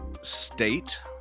State